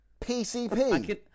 pcp